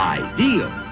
ideal